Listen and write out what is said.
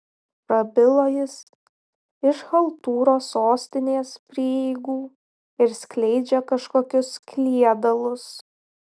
prabilo jis iš chaltūros sostinės prieigų ir skleidžia kažkokius kliedalus